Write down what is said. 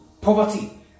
Poverty